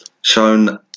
Shown